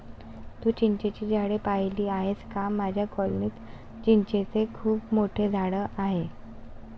तू चिंचेची झाडे पाहिली आहेस का माझ्या कॉलनीत चिंचेचे खूप मोठे झाड आहे